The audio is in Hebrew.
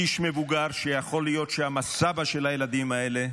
איש מבוגר שיכול להיות שם הסבא של הילדים האלה.